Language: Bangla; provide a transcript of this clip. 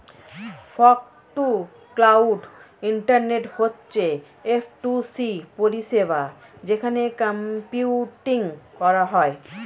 ফগ টু ক্লাউড ইন্টারনেট হচ্ছে এফ টু সি পরিষেবা যেখানে কম্পিউটিং করা হয়